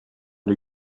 les